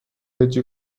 هجی